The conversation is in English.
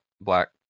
black